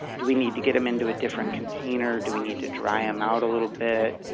do we need to get them into a different container? do we need to dry them out a little bit?